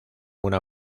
una